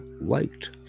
liked